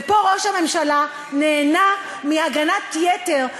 ופה ראש הממשלה נהנה מהגנת יתר,